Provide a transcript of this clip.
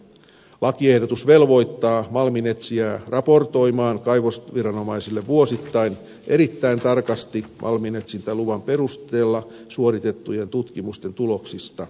lakiehdotus velvoittaa malminetsijää raportoimaan kaivosviranomaisille vuosittain erittäin tarkasti malminetsintäluvan perusteella suoritettujen tutkimusten tuloksista